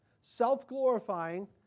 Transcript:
self-glorifying